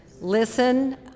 listen